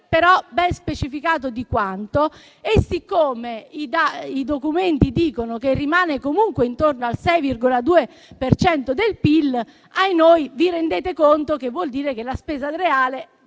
però ben specificato di quanto. Siccome i documenti dicono che rimane comunque intorno al 6,2 per cento del PIL, vi rendete conto che ciò vuol dire che la spesa reale